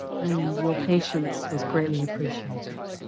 and your patience was greatly appreciated.